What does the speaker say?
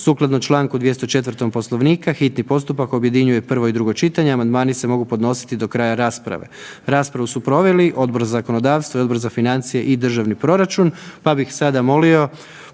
Sukladno čl. 204. Poslovnika hitni postupak objedinjuje prvo i drugo čitanje. Amandmani se mogu podnositi do kraja rasprave. Raspravu su proveli Odbor za zakonodavstvo i Odbor za financije i državni proračun, pa bih sada molio